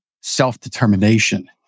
self-determination